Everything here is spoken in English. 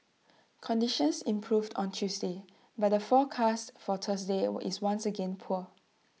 conditions improved on Tuesday but the forecast for Thursday were is once again poor